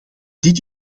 dit